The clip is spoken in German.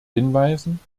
hinweisen